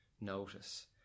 notice